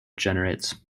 generates